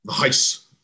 Nice